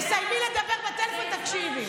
תסיימי לדבר בטלפון, ותקשיבי.